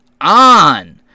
on